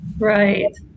Right